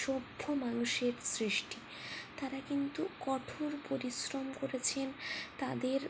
সভ্য মানুষের সৃষ্টি তারা কিন্তু কঠোর পরিশ্রম করেছেন তাদের